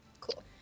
cool